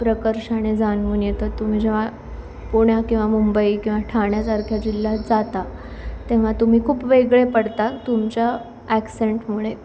प्रकर्षाने जाणवून येतं तुम्ही जेव्हा पुण्यात किंवा मुंबई किंवा ठाण्यासारख्या जिल्ह्यात जाता तेव्हा तुम्ही खूप वेगळे पडतात तुमच्या ॲक्सेंटमुळे